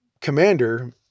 commander